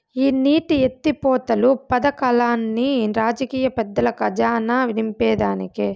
ఈ నీటి ఎత్తిపోతలు పదకాల్లన్ని రాజకీయ పెద్దల కజానా నింపేదానికే